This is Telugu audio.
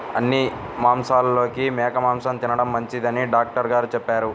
అన్ని మాంసాలలోకి మేక మాసం తిండం మంచిదని డాక్టర్ గారు చెప్పారు